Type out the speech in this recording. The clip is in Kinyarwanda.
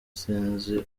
sinzi